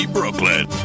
Brooklyn